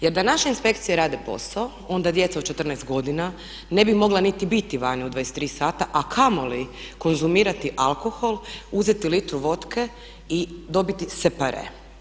Jer da naše inspekcije rade posao onda djeca od 14 godina ne bi mogla niti biti vani u 23 sata, a kamoli konzumirati alkohol, uzeti litru votke i dobiti separe.